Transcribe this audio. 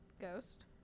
Ghost